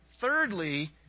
thirdly